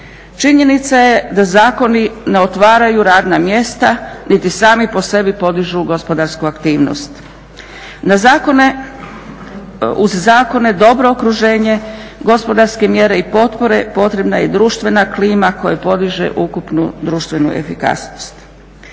Činjenica je da zakoni ne otvaraju radna mjesta niti sami po sebi podižu gospodarsku aktivnost. Uz zakone dobro okruženje gospodarske mjere i potpore potrebna je i društvena klima koja podiže ukupnu društvenu efikasnost.